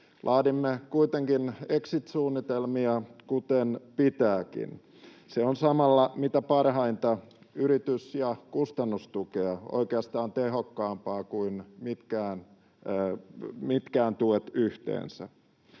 Laadimme kuitenkin exit-suunnitelmia, kuten pitääkin. Se on samalla mitä parhainta yritys- ja kustannustukea, oikeastaan tehokkaampaa kuin mitkään tuet yhteensä.